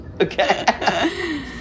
okay